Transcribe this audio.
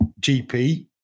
GP